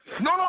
no